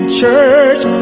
church